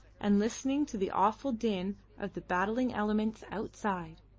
and listening to the awful din of the battling elements outside.